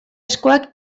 eskuak